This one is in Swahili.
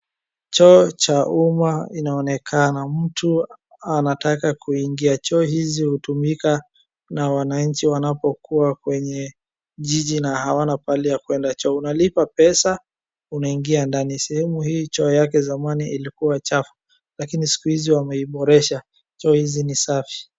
Choo cha umma inaonekana. Mtu anataka kuingia. Choo hizi hutumika na wananchi wanapokuwa kwenye jiji na hawana pahali ya kuenda choo. Unalipa pesa na unaingia ndani. Sehemu hii choo yake zamani ilikua chafu lakini siku hizi wameiboresha. Choo hizi ni safi.